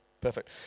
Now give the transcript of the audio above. Perfect